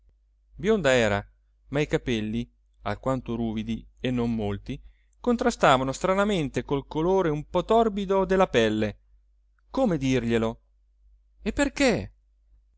bionda era ma i capelli alquanto ruvidi e non molti contrastavano stranamente col colore un po torbido della pelle come dirglielo e perché